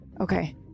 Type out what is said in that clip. Okay